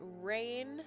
Rain